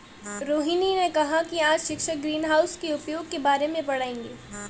रोहिनी ने कहा कि आज शिक्षक ग्रीनहाउस के उपयोग के बारे में पढ़ाएंगे